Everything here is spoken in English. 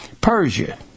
Persia